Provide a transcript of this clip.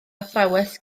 athrawes